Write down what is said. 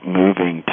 moving